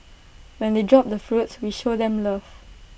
when they drop the fruits we show them love